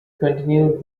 continued